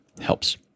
helps